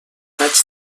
vaig